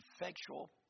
effectual